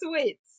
sweets